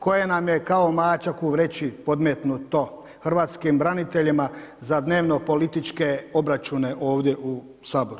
Koja nam je kao mačak u vreći podmetnuto, hrvatskim braniteljima za dnevno-političke obračune ovdje u Saboru.